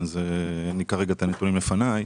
אין לי את הנתונים לפניי,